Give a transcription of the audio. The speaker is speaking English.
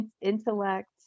Intellect